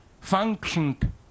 functioned